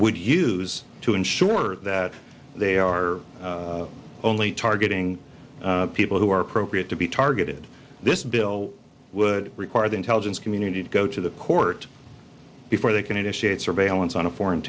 would use to ensure that they are only targeting people who are appropriate to be targeted this bill would require the intelligence community to go to the court before they can initiate surveillance on a foreign